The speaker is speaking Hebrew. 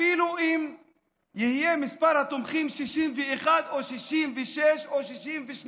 אפילו אם מספר התומכים יהיה 61, 66 או 68,